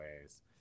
ways